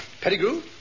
Pettigrew